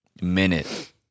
minute